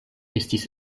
estis